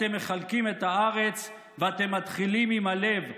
אתם מחלקים את הארץ, ואתם מתחילים עם הלב.